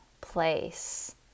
place